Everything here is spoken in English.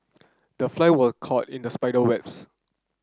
the fly was caught in the spider webs